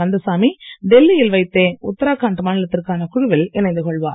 கந்தசாமி டெல்லியில் வைத்தே உத்தராகண்ட் மாநிலத்திற்கான குழுவில் இணைந்து கொள்வார்